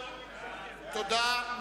תודה.